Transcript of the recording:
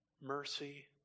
Mercy